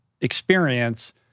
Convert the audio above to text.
experience